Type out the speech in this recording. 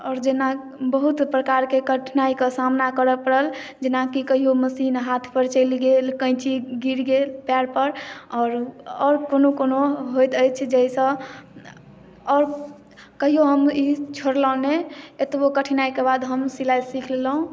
आओर जेना बहुत प्रकार के कठिनाइ के सामना करए परल जेनाकी कहियो मशीन हाथ पर चलि गेल कैंची गिर गेल पएर पर आओर कोनो होइत अछि जाहिसँ आओर कहियो हम ई छोरलौ नहि एतबो कठिनाइ के बाद हम सिलाइ सीख लेलौ